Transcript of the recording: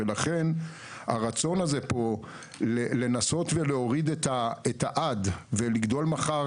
ולכן הרצון הזה פה לנסות ולהוריד את ה'עד' ולגדול מחר